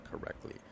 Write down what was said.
correctly